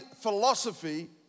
philosophy